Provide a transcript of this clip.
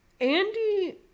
Andy